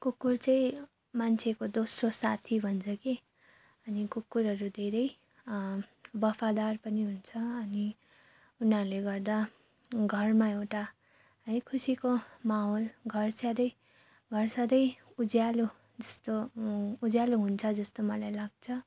कुकुर चाहिँ मान्छेको दोस्रो साथी भन्छ के अनि कुकुरहरू धेरै बफादार पनि हुन्छ अनि उनीहरूले गर्दा घरमा एउटा है खुसीको माहौल घर छ्यादै घर सधैँ उज्यालो जस्तो उज्यालो हुन्छ जस्तो मलाई लाग्छ